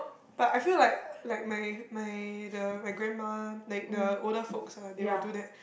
but I feel like like my my the my grandma like the older folks ah they will do that